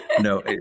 No